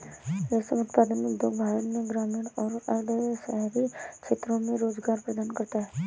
रेशम उत्पादन उद्योग भारत में ग्रामीण और अर्ध शहरी क्षेत्रों में रोजगार प्रदान करता है